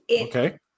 Okay